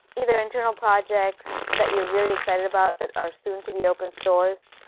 either, internal projects that you're really excited about that are soon to be open-sourced,